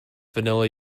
vanilla